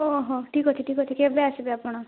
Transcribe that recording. ହଁ ହଁ ଠିକ୍ ଅଛି ଠିକ୍ ଅଛି କେବେ ଆସିବେ ଆପଣ